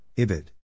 Ibid